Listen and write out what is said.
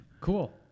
cool